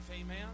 Amen